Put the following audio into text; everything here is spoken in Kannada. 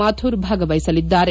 ಮಾಥೂರ್ ಭಾಗವಹಿಸಲಿದ್ದಾರೆ